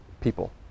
people